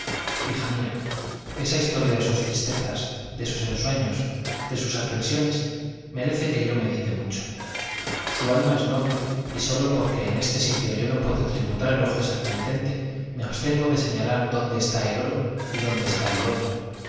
hija mía esa historia de sus tristezas de sus ensueños de sus aprensiones merece que yo medite mucho su alma es noble y sólo porque en este sitio yo no puedo tributar elogios al penitente me abstengo de señalar dónde está el oro y dónde está el lodo